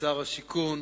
שר השיכון,